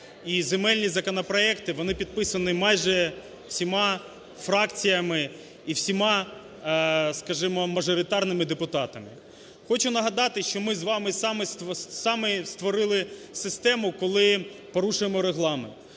і земельні законопроекти, вони підписані майже всіма фракціями і всіма, скажімо, мажоритарними депутатами. Хочу нагадати, що ми з вами саме створили систему, коли порушуємо Регламент.